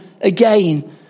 again